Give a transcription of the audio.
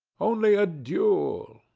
only a duel.